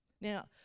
Now